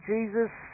Jesus